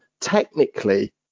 Technically